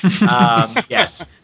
yes